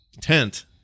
tent